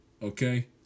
Okay